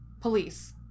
police